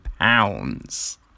pounds